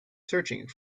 searching